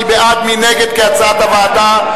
מי בעד, מי נגד, כהצעת הוועדה.